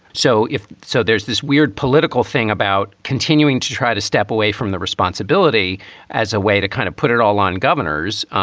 so if so, there's this weird political thing about continuing to try to step away from the responsibility as a way to kind of put it all on governors.